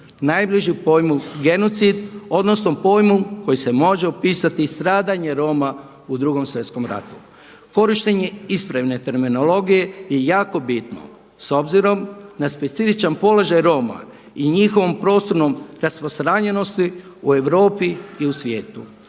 najbližu pojmu genocid, odnosno pojmu koji se može opisati stradanje Roma u Drugom svjetskom ratu. Korištenje ispravne terminologije je jako bitno s obzirom na specifičan položaj Roma i njihovom prostornom, raspostranjenosti u Europi i u svijetu.